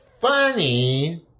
funny